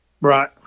right